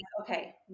okay